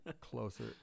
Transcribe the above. closer